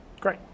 Great